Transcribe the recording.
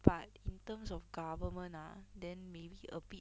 but in terms of government ah then maybe a bit